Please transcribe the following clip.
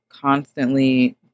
constantly